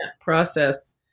process